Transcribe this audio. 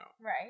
Right